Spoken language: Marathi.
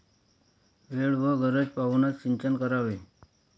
वेळ व गरज पाहूनच सिंचन करावे